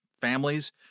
families